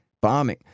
bombing